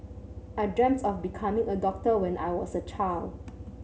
I dreamed of becoming a doctor when I was a child